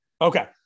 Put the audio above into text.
Okay